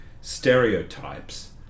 stereotypes